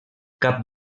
cap